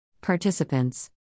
participants